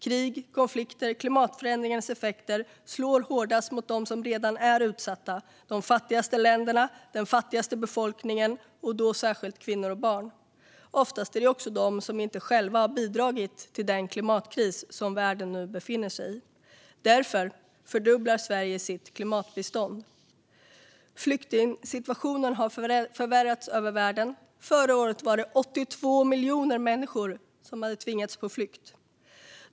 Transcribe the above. Krig, konflikter och klimatförändringens effekter slår hårdast mot dem som redan är utsatta, de fattigaste länderna, den fattigaste befolkningen och då särskilt kvinnor och barn. Oftast är det också de som inte själva har bidragit till den klimatkris som världen nu befinner sig i. Därför fördubblar Sverige sitt klimatbistånd. Flyktingsituationen har förvärrats i världen. Förra året var 82 miljoner människor tvingade på flykt.